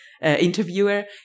interviewer